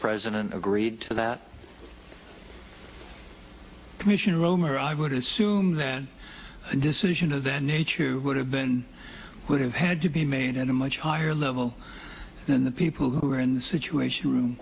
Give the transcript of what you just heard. president agreed to that commissioner roemer i would assume that decision of that nature would have been would have had to be made in a much higher level than the people who were in the situation room